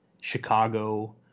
Chicago